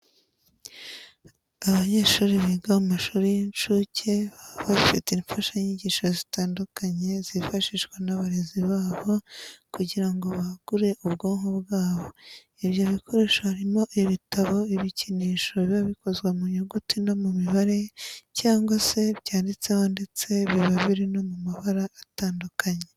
Abanyeshuri biga mu mashuri y'incuke baba bafite imfashanyigisho zitandukanye zifashishwa n'abarezi babo kugira ngo bagure ubwonko bwabo. Ibyo bikoresho harimo ibitabo, ibikinisho biba bikozwe mu nyuguti no mu mibare cyangwa se byanditseho ndetse biba biri no mu mabara atandukanye.